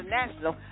national